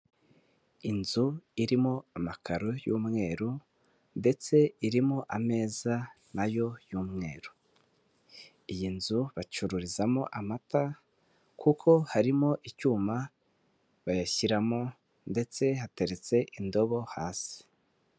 Inzu irimo amakaro y'umweru ndetse irimo ameza na yo y'umweru. Iyi nzu bacururizamo amata, kuko harimo icyuma bayashyiramo ndetse hateretse indobo hasi.